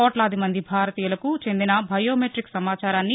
కోట్లాది మంది భారతీయులకు చెందిన బయోమెట్రిక్ సమాచారాన్ని